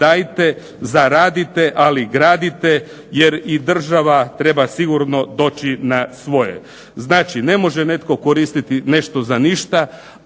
dajte, zaradite ali gradite, jer i država treba sigurno doći na svoje. Znači ne može netko koristiti nešto za ništa,